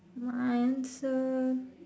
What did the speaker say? my answer